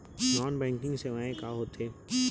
non banking सेवाएं का होथे